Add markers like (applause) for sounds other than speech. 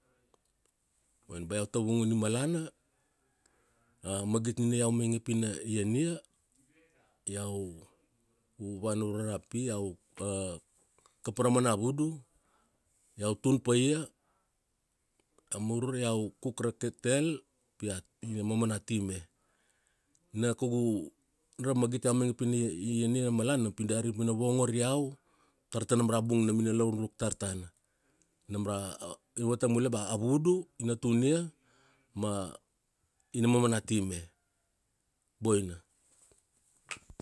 Boina. Bea iau tavangun i malana, a magit nina iau mainge pi na ian ia, iau, vana ura rapia iau (hesitation) kapa ra umana vudu, iau tun paia, namur iau kuk ra ketel, pia, ina momo na ti me. Na kaugu, na ra magit iau mainge pina ie-ienia ra malana na pi dari pina vongor iau, tar tanam ra bung nam ina laun ruk tar tana. Nam ra ina vatang mule ba a vudu, ina tunia, ma, a, ina momo na ti me. Boina.